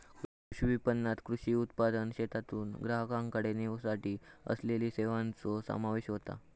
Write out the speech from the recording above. कृषी विपणणात कृषी उत्पादनाक शेतातून ग्राहकाकडे नेवसाठी असलेल्या सेवांचो समावेश होता